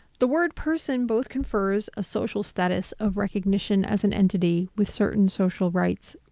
the word person both confers a social status of recognition as an entity, with certain social rights,